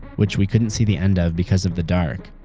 which we couldn't see the end of because of the dark.